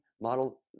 Model